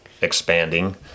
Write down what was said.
expanding